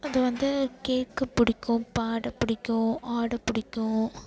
அது வந்து கேட்க பிடிக்கும் பாட பிடிக்கும் ஆடை பிடிக்கும்